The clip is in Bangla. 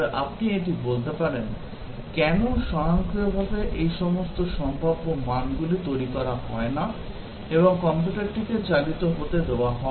তবে আপনি এটি বলতে পারেন কেন স্বয়ংক্রিয়ভাবে এই সমস্ত সম্ভাব্য মানগুলি তৈরি করা হয় না এবং কম্পিউটারটিকে চালিত হতে দেওয়া হয়